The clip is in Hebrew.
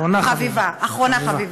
אחרונה חביבה.